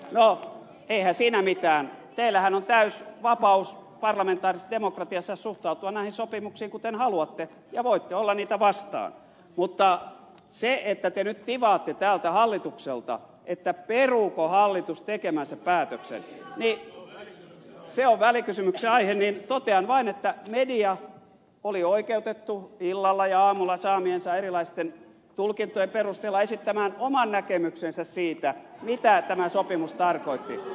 no eihän siinä mitään teillähän on täysi vapaus parlamentaarisessa demokratiassa suhtautua näihin sopimuksiin kuten haluatte ja voitte olla niitä vastaan mutta siihen että te nyt tivaatte täällä hallitukselta peruuko hallitus tekemänsä päätöksen se on välikysymyksen aihe totean vain että media oli oikeutettu illalla ja aamulla saamiensa erilaisten tulkintojen perusteella esittämään oman näkemyksensä siitä mitä tämä sopimus tarkoitti